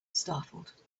startled